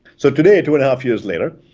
so today, two and a half years later,